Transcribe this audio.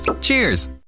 Cheers